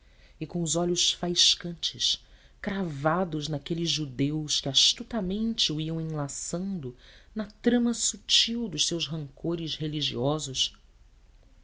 porta e com os olhos faiscantes cravados naqueles judeus que astutamente o iam enlaçando na trama sutil dos seus rancores religiosos